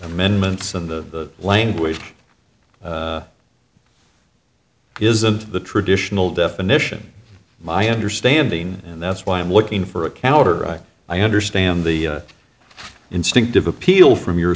amendments in the language isn't the traditional definition my understanding and that's why i'm looking for a counter i i understand the instinctive appeal from your